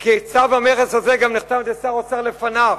כי צו המכס הזה נחתם גם על-ידי שר האוצר לפניו,